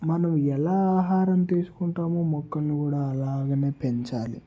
మనం ఎలా ఆహారం తీసుకుంటామో మొక్కలను కూడా అలాగనే పెంచాలి